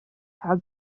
herr